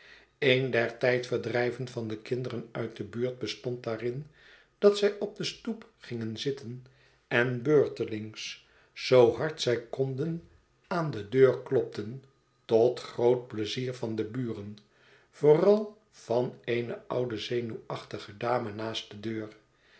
een der tydverdrijven van de kinderen uit de buurt bestond daarin dat zij op de stoep gingen zitten en beurtelings zoo hard zij konden aan de deur klopten tot groot pleizier van de buren vooral van eerie oude zenuwachtige dame naast de deur